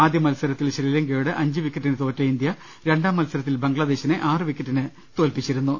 ആദ്യമത്സരത്തിൽ ശ്രീലങ്കയോട് അഞ്ച് വിക്കറ്റിന് തോറ്റ ഇന്ത്യ രണ്ടാം മത്സരത്തിൽ ബംഗ്ലാദേശിനെ ആറ് വിക്കറ്റിന് തോല്പിച്ചിരു ന്നു